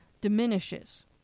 diminishes